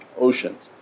oceans